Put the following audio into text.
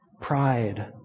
Pride